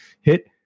hit